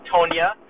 Tonia